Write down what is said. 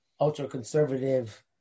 ultra-conservative